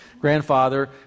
grandfather